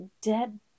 dead